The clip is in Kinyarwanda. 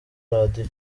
radio